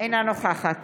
אינה נוכחת